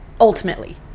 ultimately